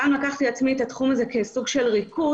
גם לקחתי על עצמי את התחום הזה כסוג של ריכוז,